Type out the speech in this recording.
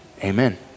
Amen